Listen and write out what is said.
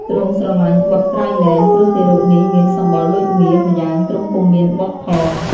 ទ្រង់ស្រឡាញ់បុត្រក្រៃលែង ព្រោះទារកនេះមានសម្បុរដូចមាស ម្យ៉ាងទ្រង់ពុំមានបុត្រផង។